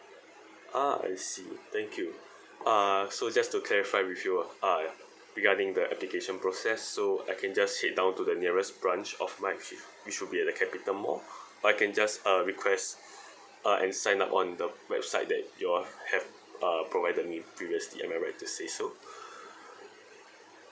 ah I see thank uh so just to clarify with you uh regarding the application process so I can just head down to the nearest branch of which should be at the capitalmall or I can just uh request uh and sign up on the website that you all have uh provided me previously am I right to say so